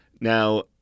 Now